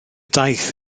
daith